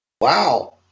wow